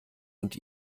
und